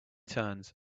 turns